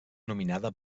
nominada